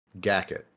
Gacket